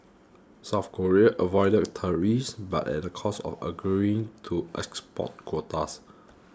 South Korea avoided tariffs but at a cost of agreeing to export quotas